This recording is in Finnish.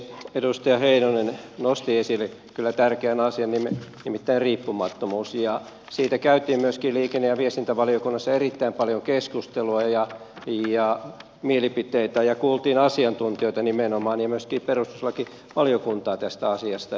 edustaja heinonen nosti esille kyllä tärkeän asian nimittäin riippumattomuuden ja siitä käytiin myöskin liikenne ja viestintävaliokunnassa erittäin paljon keskustelua ja kuultiin mielipiteitä ja kuultiin nimenomaan asiantuntijoita ja myöskin perustuslakivaliokuntaa tästä asiasta